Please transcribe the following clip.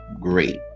Great